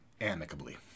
amicably